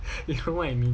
you mean